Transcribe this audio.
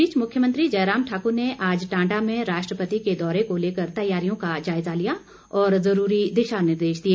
इस बीच मुख्यमंत्री जयराम ठाक्र ने आज टांडा में राष्ट्रपति के दौरे को लेकर तैयारियों का जायजा लिया और ज़रूरी दिशा निर्देश दिए